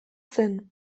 zen